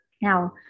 Now